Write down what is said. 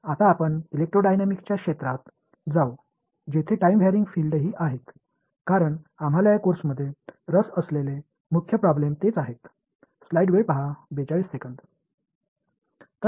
இப்போது எலக்ட்ரோடைனமிக்ஸ் பகுதிக்கு செல்லத் தொடங்குவோம் அங்கு நேரம் மாறுபடும் புலம் உள்ளது இந்த பாடத்தில் நாம் ஆர்வமாக இருக்கும் முக்கிய வகையான பிரச்சினைகள் இதுதான்